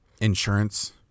insurance